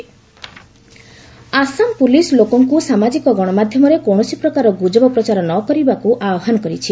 Assam police Assam police ଲୋକଙ୍କୁ ସାମାଜିକ ଗଣମାଧ୍ୟମରେ କୌଣସି ପ୍ରକାର ଗୁଜବ ପ୍ରଚାର ନ କରିବାକୁ ଆହ୍ୱାନ କରିଛି